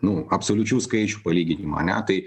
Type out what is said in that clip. nu absoliučių skaičių palyginimą ane tai